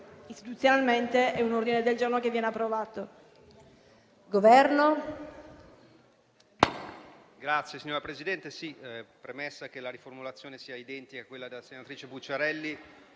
Istituzionalmente è un ordine del giorno che viene approvato.